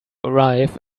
arrive